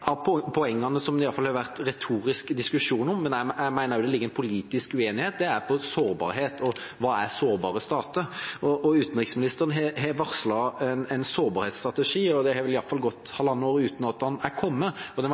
av poengene som det iallfall har vært retorisk diskusjon om, men jeg mener også det foreligger en politisk uenighet, er sårbarhet og hva sårbare stater er. Utenriksministeren har varslet en sårbarhetsstrategi. Det har iallfall gått halvannet år uten at den har kommet, og den